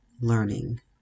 learning